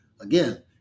again